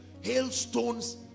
hailstones